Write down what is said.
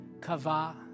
kava